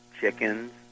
chickens